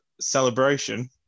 celebration